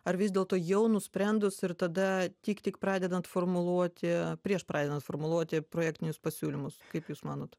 ar vis dėlto jau nusprendus ir tada tik tik pradedant formuluoti prieš pradedant formuluoti projektinius pasiūlymus kaip jūs manot